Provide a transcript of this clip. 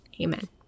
Amen